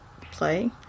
play